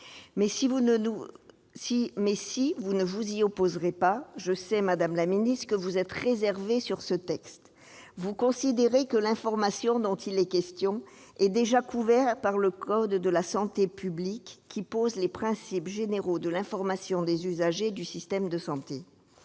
Même si vous ne vous y opposerez pas, je sais, madame la ministre, que vous êtes réservée sur ce texte. Vous considérez que l'information dont il est question est déjà couverte par le code de la santé publique, qui pose les principes généraux de l'information des usagers du système de santé.